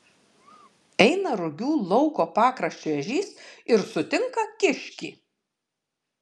eina rugių lauko pakraščiu ežys ir sutinka kiškį